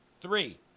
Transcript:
three